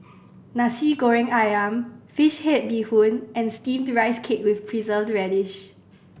Nasi Goreng Ayam fish head bee hoon and Steamed Rice Cake with Preserved Radish